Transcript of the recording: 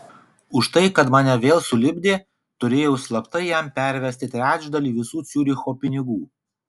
už tai kad mane vėl sulipdė turėjau slaptai jam pervesti trečdalį visų ciuricho pinigų